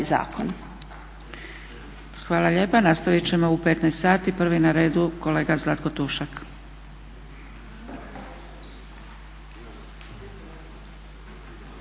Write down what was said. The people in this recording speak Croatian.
(SDP)** Hvala lijepa. Nastavit ćemo u 15,00 sati. Prvi na redu kolega Zlatko Tušak.